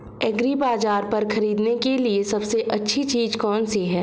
एग्रीबाज़ार पर खरीदने के लिए सबसे अच्छी चीज़ कौनसी है?